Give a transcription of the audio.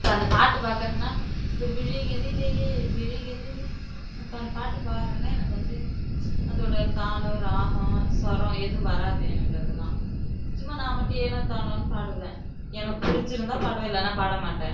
இப்போது அந்த பாட்டு பார்க்கறேன்னா இப்போ விழிகளிலே விழிகளிலே இப்போது அந்த பாட்டு பாடறேன்னா எனக்கு வந்து அதோடய தாளம் ராகம் ஸ்வரம் ஏதும் வராது எனக்கு அதெல்லாம் சும்மா நான் மட்டும் ஏனோ தானோனு பாடுவேன் எனக்கு பிடிச்சிருந்தா பாடுவேன் இல்லைனா பாடமாட்டேன்